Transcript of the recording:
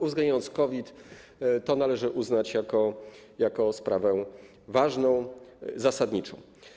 uwzględniając COVID - to należy uznać za sprawę ważną, zasadniczą.